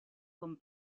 con